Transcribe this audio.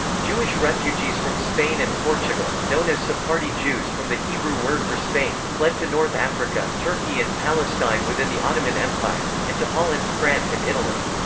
jewish refugees from spain and portugal, known as sephardi jews from the hebrew word for spain, fled to north africa, turkey and palestine within the ottoman empire, and to holland, france and italy.